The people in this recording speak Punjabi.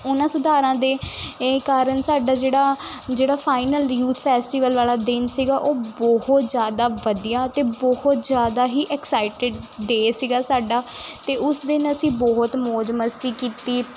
ਉਹਨਾਂ ਸੁਧਾਰਾਂ ਦੇ ਇਹ ਕਾਰਨ ਸਾਡਾ ਜਿਹੜਾ ਜਿਹੜਾ ਫਾਈਨਲ ਯੂਥ ਫੈਸਟੀਵਲ ਵਾਲਾ ਦਿਨ ਸੀਗਾ ਉਹ ਬਹੁਤ ਜ਼ਿਆਦਾ ਵਧੀਆ ਅਤੇ ਬਹੁਤ ਜ਼ਿਆਦਾ ਹੀ ਐਕਸਾਈਟਡ ਡੇਅ ਸੀਗਾ ਸਾਡਾ ਅਤੇ ਉਸ ਦਿਨ ਅਸੀਂ ਬਹੁਤ ਮੌਜ ਮਸਤੀ ਕੀਤੀ